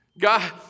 God